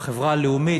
החברה הלאומית,